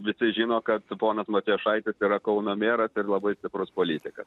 visi žino kad ponas matijošaitis yra kauno meras labai stiprus politikas